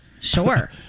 Sure